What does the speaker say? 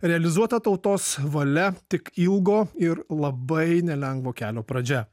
realizuota tautos valia tik ilgo ir labai nelengvo kelio pradžia